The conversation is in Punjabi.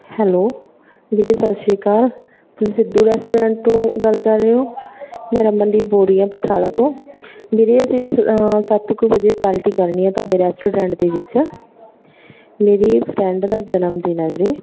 ਹੈਲੋ ਵੀਰੇ ਸਤਿ ਸ਼੍ਰੀ ਅਕਾਲ ਤੁਸੀਂ ਸਿੱਧੂ ਰੈਸਟੋਰੈਂਟ ਤੋਂ ਗੱਲ ਕਰ ਰਹੇ ਹੋ ਮੈਂ ਰਮਨਦੀਪ ਬੋਲ ਰਹੀ ਹਾਂ ਪਥਰਾੜਾ ਤੋਂ ਵੀਰੇ ਅਸੀਂ ਸੱਤ ਕੁ ਵਜੇ ਪਾਰਟੀ ਕਰਨੀ ਹੈ ਤੁਹਾਡੇ ਰੈਸਟੋਰੈਂਟ ਦੇ ਵਿੱਚ ਮੇਰੀ ਫਰੈਂਡ ਦਾ ਜਨਮ ਦਿਨ ਹੈ ਵੀਰੇ